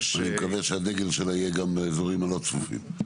אני מקווה שהדגל שלה יהיה גם באזורים הלא צפופים.